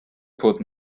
put